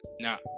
Now